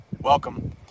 welcome